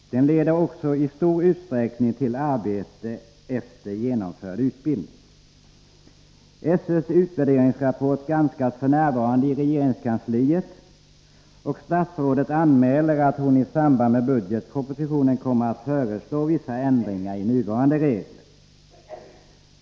Den leder också i stor utsträckning till arbete efter genomförd utbildning. SÖ:s utvärderingsrapport granskas f. n. i regeringskansliet, och statsrådet anmäler att hon i samband med budgetpropositionen kommer att föreslå vissa ändringar i nuvarande regler.